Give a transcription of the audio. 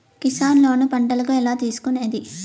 Kisan loan పంటలకు ఎలా తీసుకొనేది?